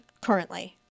currently